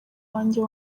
wanjye